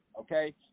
okay